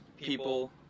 people